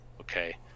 Okay